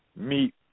meet